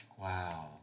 Wow